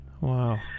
Wow